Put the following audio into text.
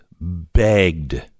begged